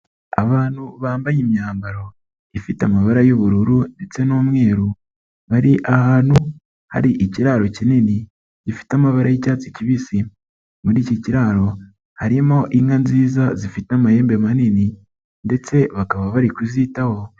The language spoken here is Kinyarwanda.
Abantu bambaye imyambaro ifite amabara y'ubururu ndetse n'umweru, bari ahantu hari ikiraro kinini gifite amabara y'icyatsi kibisi, muri iki kiraro harimo inka nziza zifite amahembe manini ndetse bakaba bari kuzitaho.